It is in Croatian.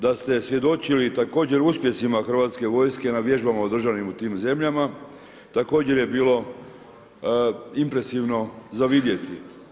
Da ste svjedočili također uspjesima Hrvatske vojske na vježbama održanim u tim zemljama također je bilo impresivno za vidjeti.